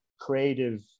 creative